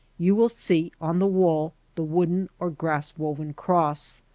you will see on the wall the wooden or grass-woven cross.